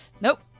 Nope